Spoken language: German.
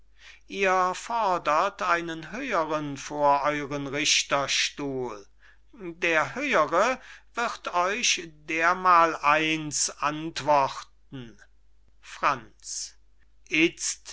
ihr fordert einen höheren vor euren richterstuhl der höhere wird euch dermaleins antworten franz itzt